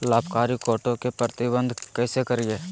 लाभकारी कीटों के प्रबंधन कैसे करीये?